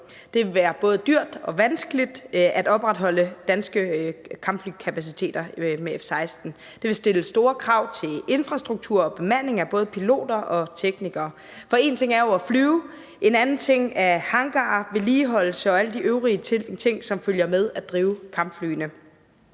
Det vil være både dyrt og vanskeligt at opretholde den danske kampflykapacitet med F-16-fly. Det vil stille store krav til infrastruktur og bemanding af både piloter og teknikere. For én ting er jo at flyve, en anden ting er hangarer, vedligeholdelse og alle de øvrige ting, som følger med at drive kampflyene.